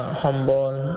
humble